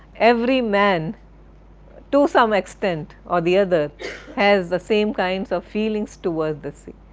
every man to some extent or the other has the same kinds of feelings towards the sea,